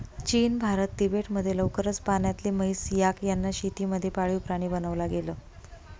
चीन, भारत, तिबेट मध्ये लवकरच पाण्यातली म्हैस, याक यांना शेती मध्ये पाळीव प्राणी बनवला गेल